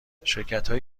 شرکتهایی